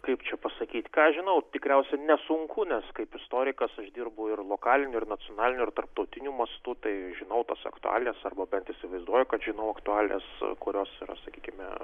kaip čia pasakyt ką aš žinau tikriausiai nesunku nes kaip istorikas uždirbu ir lokaliniu nacionaliniu ir tarptautiniu mastu tai žinau tas aktualijas arba bent įsivaizduoju kad žinau aktualija kurios sakykime